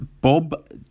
Bob